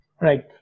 Right